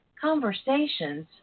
conversations